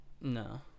No